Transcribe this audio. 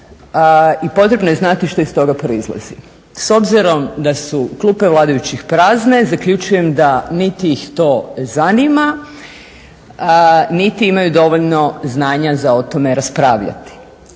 i potrebno je znati što iz toga proizlazi. S obzirom da su klupe vladajućih prazne zaključujem da niti ih to zanima, niti imaju dovoljno znanja za o tome raspravljati.